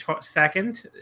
second